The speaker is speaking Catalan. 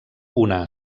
una